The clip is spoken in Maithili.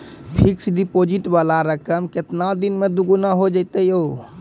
फिक्स्ड डिपोजिट वाला रकम केतना दिन मे दुगूना हो जाएत यो?